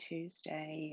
Tuesday